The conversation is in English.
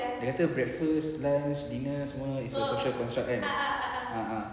dia kata breakfast lunch dinner semua is all social construct kan ah ah